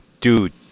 Dude